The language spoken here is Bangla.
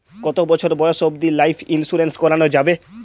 কতো বছর বয়স অব্দি লাইফ ইন্সুরেন্স করানো যাবে?